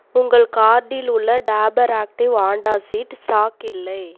உங்கள் கார்டில் உள்ள டாபர் ஆக்டிவ் வாண்டாசீட் ஸ்டாக் இல்லை